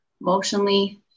emotionally